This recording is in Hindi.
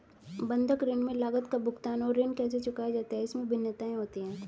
बंधक ऋण में लागत का भुगतान और ऋण कैसे चुकाया जाता है, इसमें भिन्नताएं होती हैं